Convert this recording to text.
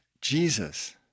Jesus